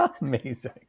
Amazing